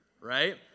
right